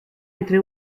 entre